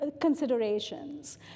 considerations